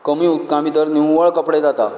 कमी उदका भितर निव्वळ कपडे जातात